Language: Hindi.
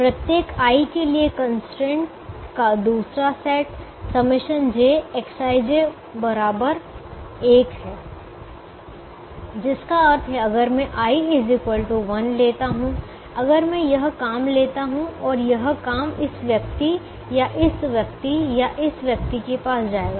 प्रत्येक i के लिए कंस्ट्रेंट का दूसरा सेट jXij 1 है जिसका अर्थ है अगर मैं i 1 लेता हूं अगर मैं यह काम लेता हूं और यह काम इस व्यक्ति या इस व्यक्ति या इस व्यक्ति के पास जाएगा